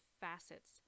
facets